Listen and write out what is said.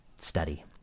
study